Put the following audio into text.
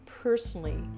personally